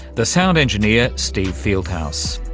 the sound engineer, steve fieldhouse.